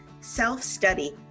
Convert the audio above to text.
self-study